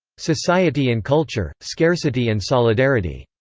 society and culture scarcity and solidarity.